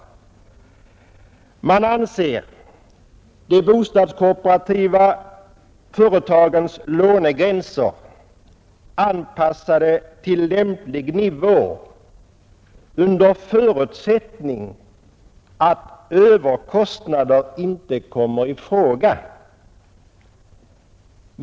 Man anser de bostadskooperativa företagens lånegränser anpassade till lämplig nivå under förutsättning att överkostnader inte kommer i fråga.